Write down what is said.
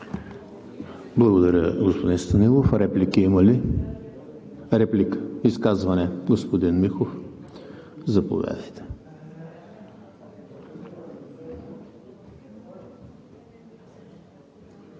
Благодаря, господин Станилов. Реплики има ли? Изказване – господин Михов, заповядайте.